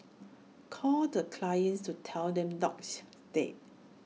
calls the clients to tell them dog is dead